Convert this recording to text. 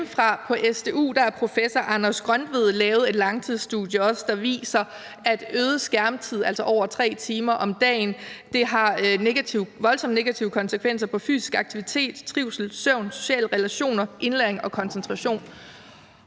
fra SDU har professor Anders Grøntved også lavet et langtidsstudie, der viser, at øget skærmtid, altså over 3 timer om dagen, har voldsomt negative konsekvenser i forhold til fysisk aktivitet, trivsel, søvn, sociale relationer, indlæring og koncentration,